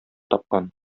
тапкан